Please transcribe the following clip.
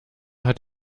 hat